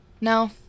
No